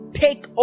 take